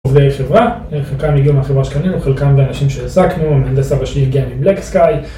עובדי החברה, חלקם הגיעו מהחברה שקנינו, חלקם באנשים שעסקנו, מהנדס אבא שלי הגיע מBlack Sky.